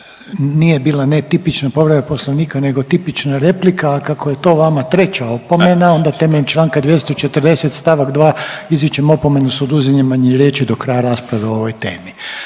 nije bila ne tipična povreda poslovnika nego tipična replika, a kako je to vama treća opomena onda temeljem čl. 240. st. 2. izričem opomenu s oduzimanjem riječi do kraja rasprave o ovoj temi.